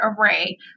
array